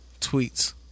tweets